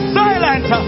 silent